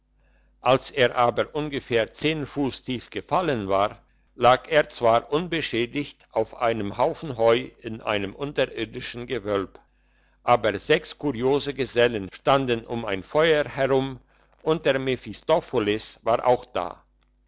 als er aber ungefähr zehn fuss tief gefallen war lag er zwar unbeschädigt auf einem haufen heu in einem unterirdischen gewölb aber sechs kuriose gesellen standen um ein feuer herum und der mephistopholes war auch da